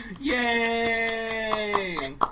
yay